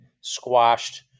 squashed